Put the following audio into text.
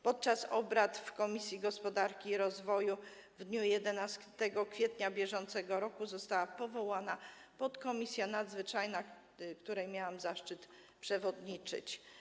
Podczas obrad w Komisji Gospodarki i Rozwoju w dniu 11 kwietnia br. została powołana podkomisja nadzwyczajna, której miałam zaszczyt przewodniczyć.